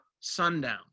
sundown